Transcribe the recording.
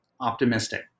optimistic